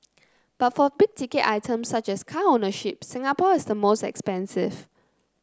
but for big ticket items such as car ownership Singapore is the most expensive